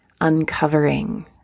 uncovering